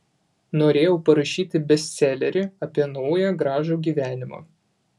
norėjau parašyti bestselerį apie naują gražų gyvenimą